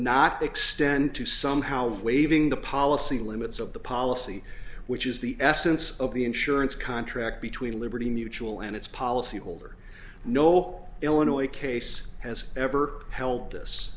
not extend to somehow waving the policy limits of the policy which is the essence of the insurance contract between liberty mutual and its policy holder no illinois case has ever hel